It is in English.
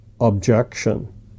objection